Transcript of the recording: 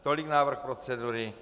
Tolik návrh procedury.